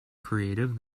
creative